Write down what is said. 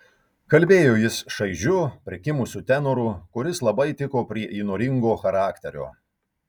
kalbėjo jis šaižiu prikimusiu tenoru kuris labai tiko prie įnoringo charakterio